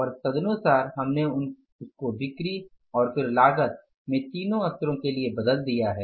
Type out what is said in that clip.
और तदनुसार हमने उसको बिक्री और फिर लागत में तीनों स्तरों के लिए बदल दिया है